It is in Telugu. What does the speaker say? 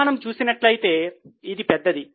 పరిమాణం చూసినట్లయితే ఇది పెద్దది